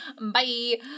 Bye